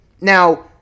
Now